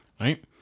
right